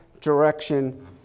direction